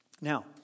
Now